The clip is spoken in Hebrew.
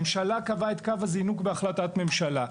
ממשלה קבעה את קו הזינוק בהחלטת ממשלה.